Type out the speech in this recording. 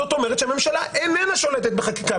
זאת אומרת שהממשלה איננה שולטת בחקיקה.